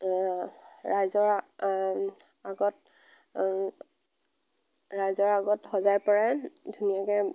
ৰাইজৰ আগত ৰাইজৰ আগত সজাই পৰাই ধুনীয়াকৈ